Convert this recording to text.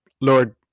Lord